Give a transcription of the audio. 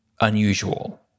unusual